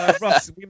Russ